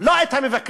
לא את המבקרים.